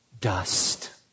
dust